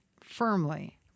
firmly